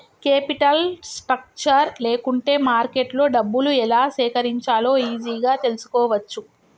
capital structure లేకుంటే మార్కెట్లో డబ్బులు ఎలా సేకరించాలో ఈజీగా తెల్సుకోవచ్చు